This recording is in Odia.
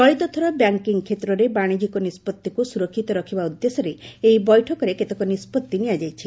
ଚଳିତଥର ବ୍ୟାଙ୍କିଙ୍ଗ୍ କ୍ଷେତ୍ରରେ ବାଣିଜ୍ୟିକ ନିଷ୍କଭିକୁ ସୁରକ୍ଷିତ ରଖିବା ଉଦ୍ଦେଶ୍ୟରେ ଏହି ବୈଠକରେ କେତେକ ନିଷ୍କଭି ନିଆଯାଇଛି